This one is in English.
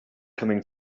coming